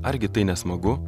argi tai ne smagu